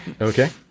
Okay